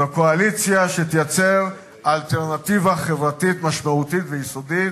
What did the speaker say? זו קואליציה שתייצר אלטרנטיבה חברתית משמעותית ויסודית,